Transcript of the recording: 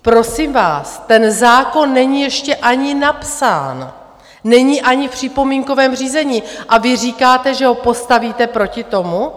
Prosím vás, ten zákon není ještě ani napsán, není ani v připomínkovém řízení, a vy říkáte, že ho postavíte proti tomu?